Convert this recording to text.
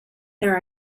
there